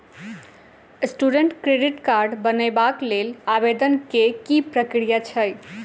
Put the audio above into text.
Student credit card बनेबाक लेल आवेदन केँ की प्रक्रिया छै?